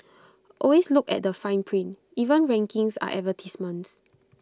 always look at the fine print even rankings are advertisements